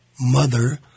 mother